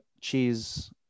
cheese